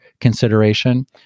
consideration